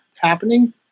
happening